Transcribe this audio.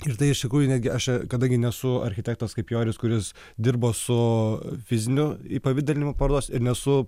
ir tai iš tikrųjų negi aš kadangi nesu architektas kaip joris kuris dirbo su fiziniu įpavidalinimu parodos ir nesu